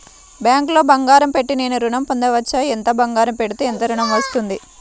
బ్యాంక్లో బంగారం పెట్టి నేను ఋణం పొందవచ్చా? ఎంత బంగారం పెడితే ఎంత ఋణం వస్తుంది?